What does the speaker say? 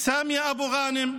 סאמיה אבו ע'אנם,